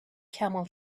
camel